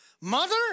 Mother